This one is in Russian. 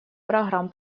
программ